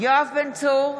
יואב בן צור,